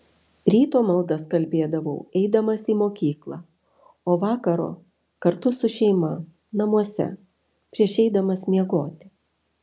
ryto maldas kalbėdavau eidamas į mokyklą o vakaro kartu su šeima namuose prieš eidamas miegoti